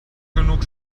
genug